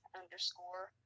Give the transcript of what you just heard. underscore